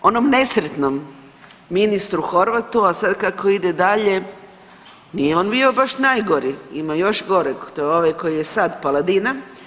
Onom nesretnom ministru Horvatu, a sad kako ide dalje nije on bio baš najgori ima još goreg to je ovaj koji je sad Paladina.